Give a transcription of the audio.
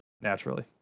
naturally